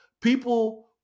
people